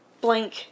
blank